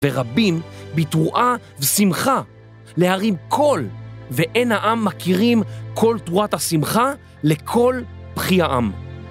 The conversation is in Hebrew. ורבים בתרועה ושמחה להרים כל ואין העם מכירים כל תרועת השמחה לכל בכי העם